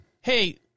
hey